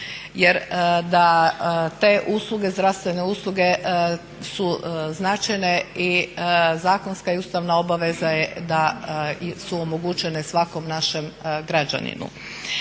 jer da te usluge, zdravstvene usluge su značajne i zakonska i ustavna obaveza je da su omogućene svakom našem građaninu.